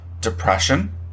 Depression